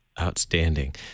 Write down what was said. outstanding